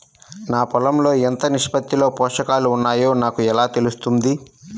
నా పొలం లో ఎంత నిష్పత్తిలో పోషకాలు వున్నాయో నాకు ఎలా తెలుస్తుంది?